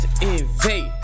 invade